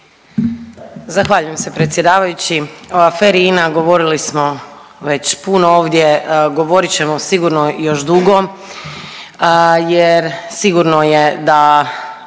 Zahvaljujem se predsjedavajući. O aferi INA govorili smo već puno ovdje, govorit ćemo sigurno još dugo jer sigurno je da